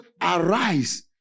arise